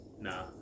Nah